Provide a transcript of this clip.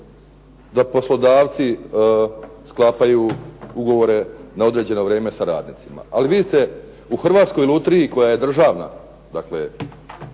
da poslodavci sklapaju ugovore na određeno vrijeme sa radnicima. Ali vidite, u Hrvatskoj lutriji koja je državna ustanova